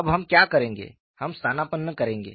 अब हम क्या करेंगे हम स्थानापन्न करेंगे